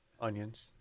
onions